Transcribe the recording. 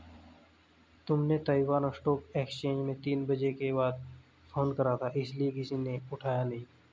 तुमने Taiwan stock exchange में तीन बजे के बाद फोन करा था इसीलिए किसी ने उठाया नहीं